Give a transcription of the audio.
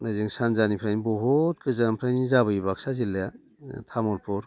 नै जों सानजानिफ्रायनो बहुद गोजाननिफ्रायनो जाबोयो बाक्सा जिल्लाया तामुलपुर